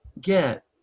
get